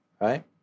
right